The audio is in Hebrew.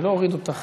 אני לא אוריד אותך.